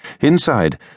Inside